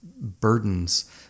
burdens